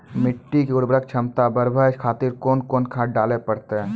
मिट्टी के उर्वरक छमता बढबय खातिर कोंन कोंन खाद डाले परतै?